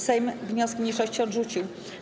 Sejm wnioski mniejszości odrzucił.